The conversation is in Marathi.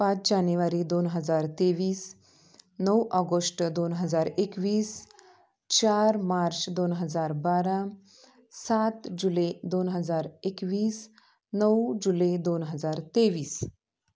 पाच जानेवारी दोन हजार तेवीस नऊ ऑगष्ट दोन हजार एकवीस चार मार्च दोन हजार बारा सात जुलै दोन हजार एकवीस नऊ जुलै दोन हजार तेवीस